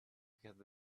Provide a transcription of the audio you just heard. because